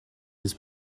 his